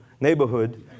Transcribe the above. neighborhood